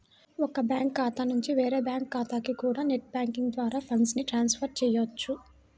ఒక బ్యాంకు ఖాతా నుంచి వేరే బ్యాంకు ఖాతాకి కూడా నెట్ బ్యాంకింగ్ ద్వారా ఫండ్స్ ని ట్రాన్స్ ఫర్ చెయ్యొచ్చు